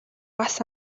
бас